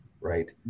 right